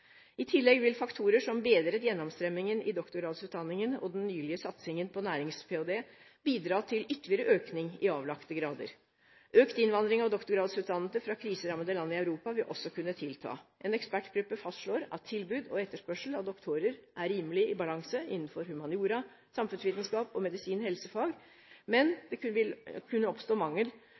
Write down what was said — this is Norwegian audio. I tillegg vil faktorer som bedret gjennomstrømming i doktorgradsutdanningen og den nylige satsingen på nærings-ph.d. bidra til ytterligere økning i avlagte grader. Økt innvandring av doktorgradsutdannede fra kriserammede land i Europa vil også kunne tilta. En ekspertgruppe fastslår at tilbud og etterspørsel av doktorer er rimelig i balanse innenfor humaniora, samfunnsvitenskap og medisin/helsefag, men det vil kunne oppstå mangel